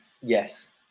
yes